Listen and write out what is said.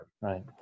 right